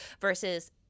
versus